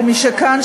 ומכאן,